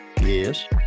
Yes